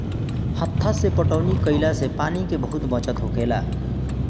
हत्था से पटौनी कईला से पानी के बहुत बचत होखेला